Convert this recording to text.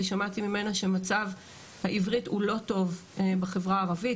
ושמעתי ממנה שמצב העברית הוא לא טוב בחברה הערבית.